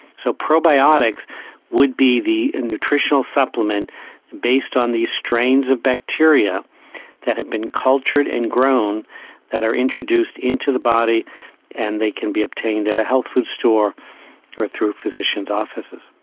so probiotics would be the nutritional supplement based on the strains of bacteria that has been cultured and grown that are introduced into the body and they can be obtained at a health food store or through physicians' offices.